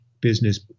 business